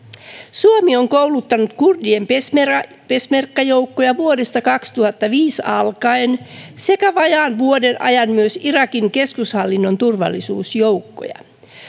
suomi on kouluttanut kurdien peshmerga peshmerga joukkoja vuodesta kaksituhattaviisi alkaen sekä vajaan vuoden ajan myös irakin keskushallinnon turvallisuusjoukkoja